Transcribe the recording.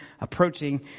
approaching